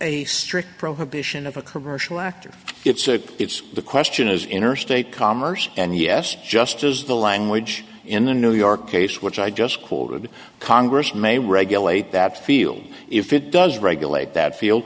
a strict probation of a commercial actor it's a it's the question is interstate commerce and yes just as the language in the new york case which i just quoted congress may regulate that field if it does regulate that field